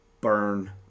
Burn